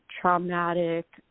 traumatic